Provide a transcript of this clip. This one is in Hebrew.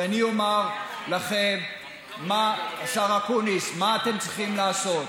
ואני אומר לכם, השר אקוניס, מה אתם צריכים לעשות: